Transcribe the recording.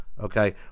Okay